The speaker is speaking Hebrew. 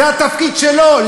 זה התפקיד שלו,